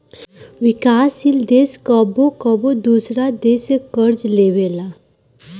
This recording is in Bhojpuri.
विकासशील देश कबो कबो दोसरा देश से कर्ज लेबेला